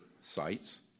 sites